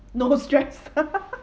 no stress